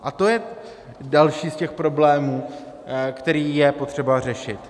A to je další z těch problémů, který je potřeba řešit.